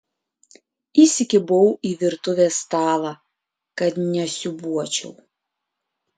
įsikibau į virtuvės stalą kad nesiūbuočiau